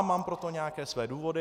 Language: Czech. Mám pro to nějaké své důvody.